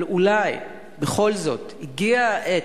אבל אולי בכל זאת הגיעה העת,